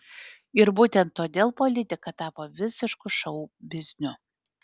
ir būtent todėl politika tapo visišku šou bizniu